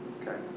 Okay